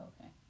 okay